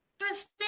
interesting